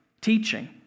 teaching